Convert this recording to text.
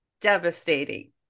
devastating